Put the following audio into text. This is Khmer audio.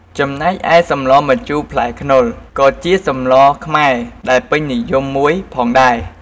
ចំណេកឯសម្លម្ជូរផ្លែខ្នុរ ក៏ជាសម្លខ្មែរ ដែលពេញនិយមមួយផងដែរ។